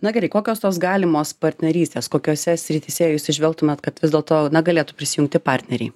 na gerai kokios tos galimos partnerystės kokiose srityse jūs įžvelgtumėt kad vis dėlto na galėtų prisijungti partneriai